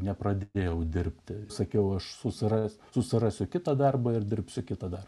nepradėjau dirbti sakiau aš susirasiu susirasiu kitą darbą ir dirbsiu kitą